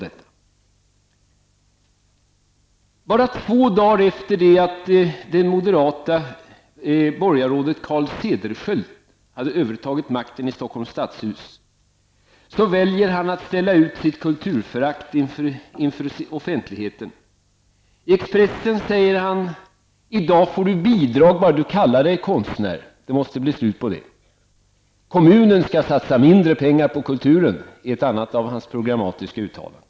Endast två dagar efter det att det moderata borgarrådet Carl Cederschiöld hade övertagit makten i Stockholms stadshus, väljer han att ställa ut sitt kulturförakt inför offentligheten. I Expressen säger han: ''I dag får du bidrag bara du kallar dig konstnär. Det måste bli slut på det.'' ''Kommunen skall satsa mindre pengar på kulturen.'' Det är ett annat av hans programmatiska uttalanden.